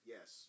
Yes